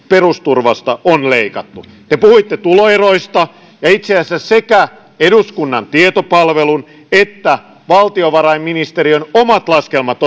perusturvasta on leikattu te puhuitte tuloeroista ja itse asiassa sekä eduskunnan tietopalvelun että valtiovarainministeriön omat laskelmat